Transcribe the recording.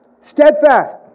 Steadfast